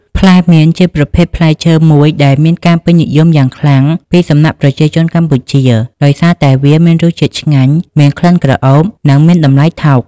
ផ្លែមៀន ជាប្រភេទផ្លែឈើមួយដែលមានការពេញនិយមយ៉ាងខ្លាំងពីសំណាក់ប្រជាជនកម្ពុជា ដោយសារតែវាមានរសជាតិឆ្ងាញ់ មានក្លិនក្រអូប និងមានតម្លៃថោក។